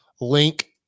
link